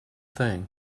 thing